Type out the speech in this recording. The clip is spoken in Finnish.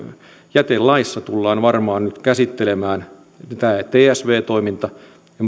jätelaissa tullaan varmaan nyt käsittelemään tämä tsv toiminta